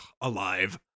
alive